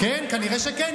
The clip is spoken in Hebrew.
כן, כנראה שכן.